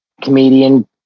comedian